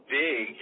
big